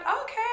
okay